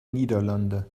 niederlande